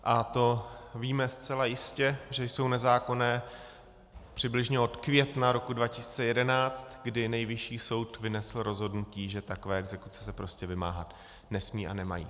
A to víme zcela jistě, že jsou nezákonné, přibližně od května roku 2011, kdy Nejvyšší soud vynesl rozhodnutí, že takové exekuce se vymáhat nesmějí a nemají.